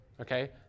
okay